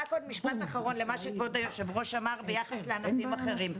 רק עוד משפט אחרון למה שכבוד היו"ר אמר ביחס לענפים אחרים.